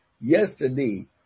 yesterday